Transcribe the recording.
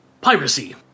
Piracy